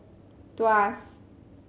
Tuas